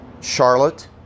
Charlotte